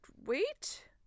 wait